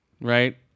right